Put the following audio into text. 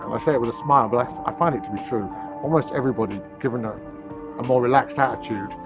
i say it with a smile, but i find it to be true almost everybody, given ah a more relaxed attitude,